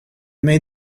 made